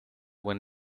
when